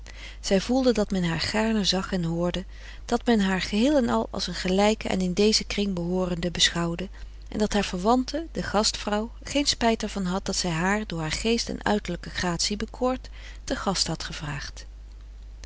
zij voelde dat men haar gaarne zag en hoorde dat men haar geheel en al als een gelijke en in dezen kring behoorende beschouwde en dat haar verwante de gastvrouw geen spijt er van had dat zij haar door haar geest en uiterlijke gratie bekoord te gast had gevraagd